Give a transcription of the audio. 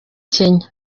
kenya